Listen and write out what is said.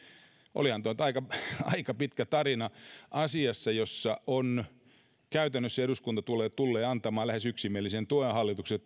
olihan tuo nyt aika pitkä tarina asiassa jossa käytännössä eduskunta tullee tullee antamaan lähes yksimielisen tuen hallitukselle